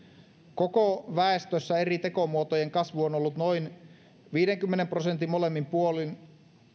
koko väestössä eri tekomuotojen kasvu on ollut noin viidenkymmenen prosentin molemmin puolin